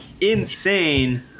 insane